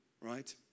right